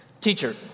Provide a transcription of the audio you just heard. Teacher